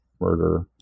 murder